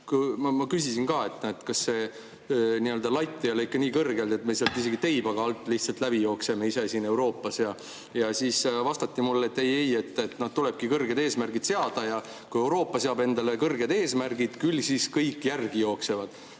ma küsisin, kas nii-öelda latt ei ole nii kõrgel, et me sealt isegi teibaga [üle ei saa ja] lihtsalt alt läbi jookseme ise siin Euroopas, siis vastati mulle, et ei, tulebki kõrged eesmärgid seada ja kui Euroopa seab endale kõrged eesmärgid, küll siis kõik järgi jooksevad.